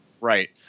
Right